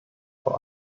vor